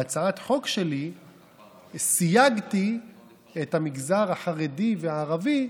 בהצעת החוק שלי סייגתי את העיתונים של המגזר החרדי והערבי,